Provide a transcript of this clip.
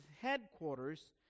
headquarters